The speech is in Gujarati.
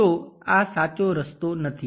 તો આ સાચો રસ્તો નથી